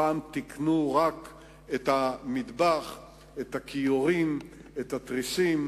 פעם תיקנו רק את המטבח, את הכיורים, את התריסים,